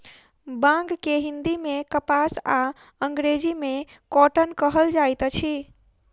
बांग के हिंदी मे कपास आ अंग्रेजी मे कौटन कहल जाइत अछि